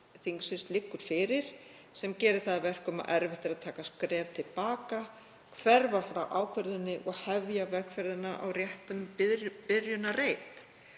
þingsins liggur fyrir sem gerir það að verkum að erfitt er að taka skref til baka, hverfa frá ákvörðuninni og hefja vegferðina á réttum byrjunarreit.“